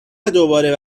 دوباره